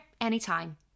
anytime